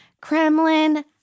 Kremlin